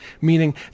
meaning